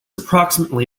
approximately